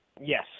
Yes